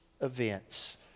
events